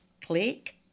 Click